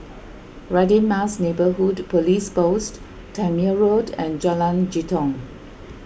Radin Mas Neighbourhood Police Post Tangmere Road and Jalan Jitong